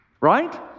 Right